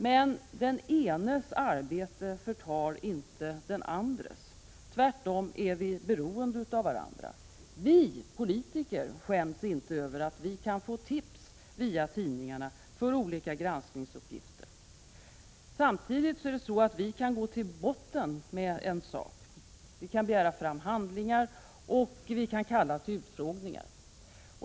Men den enes arbete förtar inte den andres. Tvärtom är vi beroende av varandra. Vi politiker skäms inte över att vi kan få tips via tidningarna för olika granskningsuppgifter. Samtidigt kan vi gå till botten med en sak, begära fram handlingar och kalla till utfrågningar.